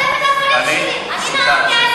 אני אענה לך.